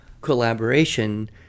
collaboration